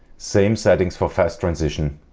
same settings for fast transition